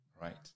right